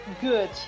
good